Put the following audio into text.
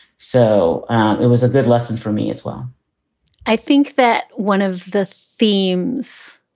so it was a good lesson for me as well i think that one of the themes,